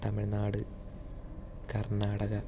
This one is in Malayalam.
തമിഴ്നാട് കർണാടക